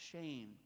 shame